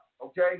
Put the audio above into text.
okay